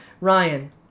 Ryan